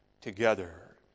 together